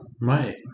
Right